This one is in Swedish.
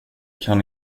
kan